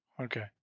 Okay